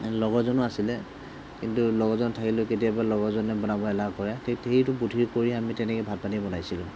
লগৰজনো আছিলে কিন্তু লগৰজন থাকিলেও কেতিয়াবা লগৰজনে বনাব এলাহ কৰে ঠিক সেইটো বুদ্ধি কৰি আমি তেনেকৈ ভাত পানী বনাইছিলোঁ